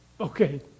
Okay